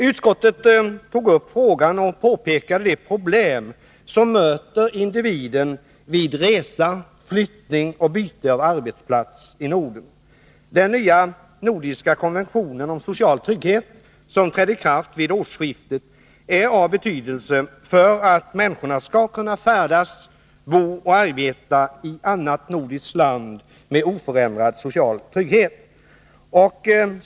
Utskottet har påpekat en del probelem som möter individen vid resa, flyttning och byte av arbetsplats i Norden. Den nya nordiska konventionen om social trygghet, som trädde i kraft vid årsskiftet, är av betydelse för att människorna skall kunna färdas, bo och arbeta i annat nordiskt land med oförändrad social trygghet.